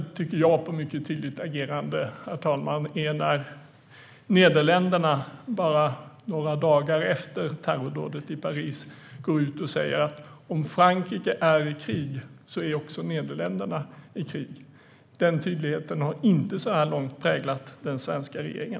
Ett exempel på ett tydligt agerande var när Nederländerna bara några dagar efter terrordådet i Paris sa: Om Frankrike är i krig är också Nederländerna i krig. Denna tydlighet har så här långt inte präglat den svenska regeringen.